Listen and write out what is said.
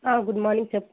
good morning చెప్పు